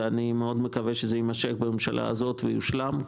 ואני מאוד מקווה שזה יימשך בממשלה הזאת ויושלם,